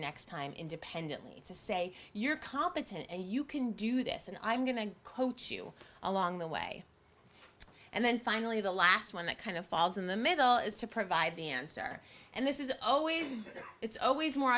next time independently to say you're competent and you can do this and i'm going to coach you along the way and then finally the last one that kind of falls in the middle is to provide the answer and this is always it's